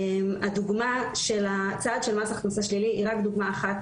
הדוגמה של מס הכנסה שלילי היא רק דוגמה אחת